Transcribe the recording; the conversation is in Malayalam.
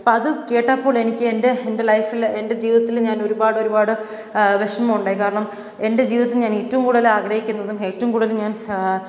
അപ്പം അത് കേട്ടപ്പോൾ എനിക്ക് എന്റെ എന്റെ ലൈഫിൽ എന്റെ ജീവിതത്തിൽ ഞാൻ ഒരുപാട് ഒരുപാട് വിഷമമുണ്ടായി കാരണം എന്റെ ജീവിതത്തിൽ ഞാൻ ഏറ്റവും കൂടുതൽ ആഗ്രഹിക്കുന്നതും ഏറ്റവും കൂടുതൽ ഞാൻ